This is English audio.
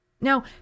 Now